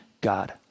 God